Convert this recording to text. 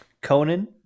conan